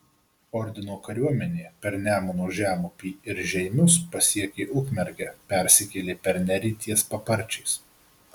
ordino kariuomenė per nemuno žemupį ir žeimius pasiekė ukmergę persikėlė per nerį ties paparčiais